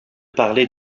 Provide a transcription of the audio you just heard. parler